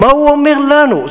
מה הוא אומר לנו?